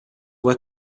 wear